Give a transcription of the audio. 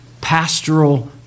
pastoral